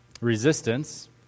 resistance